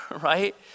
right